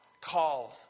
call